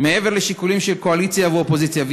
מעבר לשיקולים של קואליציה ואופוזיציה.